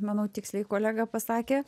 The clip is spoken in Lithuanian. manau tiksliai kolega pasakė